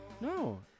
No